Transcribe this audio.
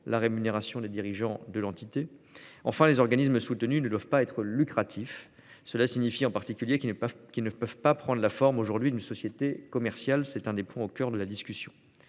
la rémunération des dirigeants de l'entité. Enfin, les organismes soutenus ne doivent pas être lucratifs. Cela signifie en particulier qu'ils ne peuvent pas prendre la forme d'une société commerciale. C'est l'un des points au coeur de la discussion.